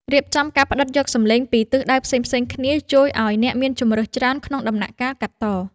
រៀបចំការផ្ដិតយកសំឡេងពីទិសដៅផ្សេងៗគ្នាជួយឱ្យអ្នកមានជម្រើសច្រើនក្នុងដំណាក់កាលកាត់ត។